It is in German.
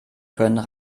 können